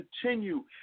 continue